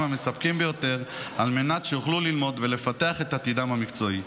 המספקים ביותר על מנת שיוכלו ללמוד ולפתח את עתידם המקצועי.